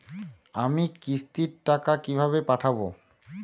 আমি কিস্তির টাকা কিভাবে পাঠাব?